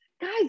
guys